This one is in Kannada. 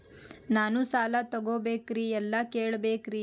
ನಾನು ಸಾಲ ತೊಗೋಬೇಕ್ರಿ ಎಲ್ಲ ಕೇಳಬೇಕ್ರಿ?